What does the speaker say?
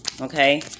Okay